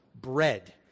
bread